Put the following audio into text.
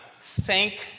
thank